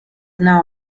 now